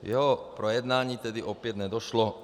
K jeho projednání tedy opět nedošlo.